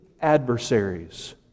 adversaries